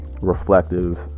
Reflective